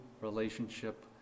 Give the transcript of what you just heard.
relationship